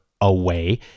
away